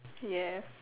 ya